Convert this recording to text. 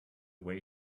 way